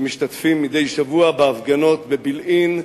שמשתתפים מדי שבוע בהפגנות בבילעין,